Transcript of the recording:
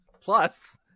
Plus